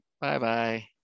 Bye-bye